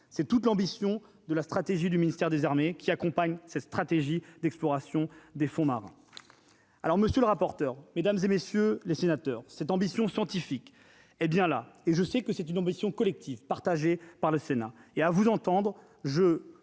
c'est toute l'ambition de la stratégie du ministère des Armées qui accompagnent cette stratégie d'exploration des fonds marins, alors monsieur le rapporteur, mesdames et messieurs les sénateurs, cette ambition scientifique hé bien là et je sais que c'est une ambition collective partagée par le Sénat et à vous entendre, je